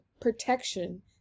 protection